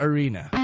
Arena